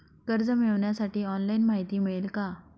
कर्ज मिळविण्यासाठी ऑनलाइन माहिती मिळेल का?